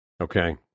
Okay